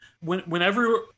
whenever